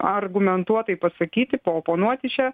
argumentuotai pasakyti paoponuoti čia